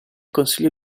consiglio